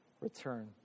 return